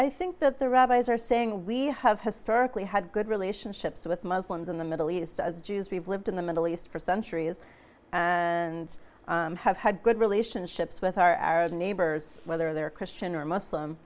i think that the rabbis are saying we have historically had good relationships with muslims in the middle east as jews we've lived in the middle east for centuries and have had good relationships with our arab neighbors whether they're christian or muslim